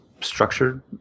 structured